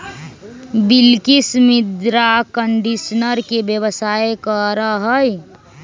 बिलकिश मृदा कंडीशनर के व्यवसाय करा हई